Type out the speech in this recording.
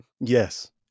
Yes